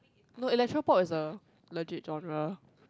no electropop is a legit genre